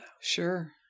Sure